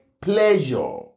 pleasure